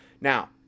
Now